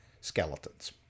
skeletons